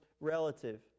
relative